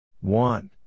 One